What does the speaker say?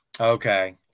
Okay